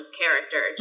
character